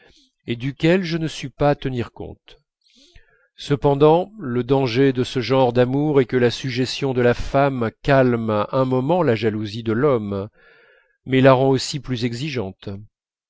et duquel je ne sus pas tenir compte cependant le danger de ce genre d'amours est que la sujétion de la femme calme un moment la jalousie de l'homme mais la rend aussi plus exigeante